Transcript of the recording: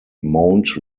mount